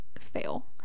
fail